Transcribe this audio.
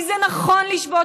כי זה נכון לשבות,